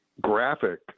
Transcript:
graphic